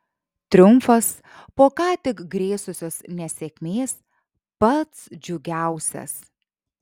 triumfas po ką tik grėsusios nesėkmės pats džiugiausias